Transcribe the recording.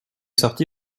sorti